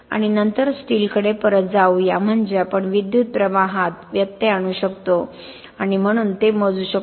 आणि नंतर स्टीलकडे परत जाऊया म्हणजे आपण विद्युत् प्रवाहात व्यत्यय आणू शकतो आणि म्हणून ते मोजू शकतो